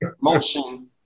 motion